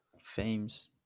fames